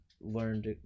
learned